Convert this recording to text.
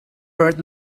heard